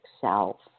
self